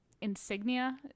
insignia